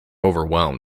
overwhelmed